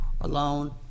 alone